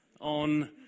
on